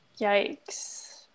Yikes